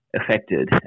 affected